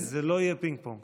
זה לא יהיה פינג-פונג.